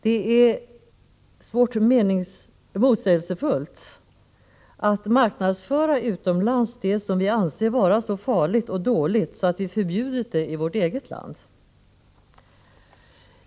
Det är motsägelsefullt att marknadsföra utomlands det som vi anser vara så farligt och så dåligt att vi förbjudit det i vårt eget land.